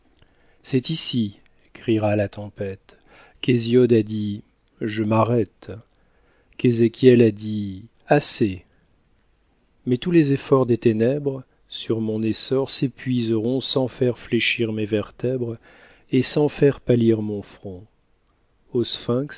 c'est ici criera la tempête qu'hésiode a dit je m'arrête qu'ézéchiel a dit assez mais tous les efforts des ténèbres sur mon essor s'épuiseront sans faire fléchir mes vertèbres et sans faire pâlir mon front